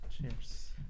Cheers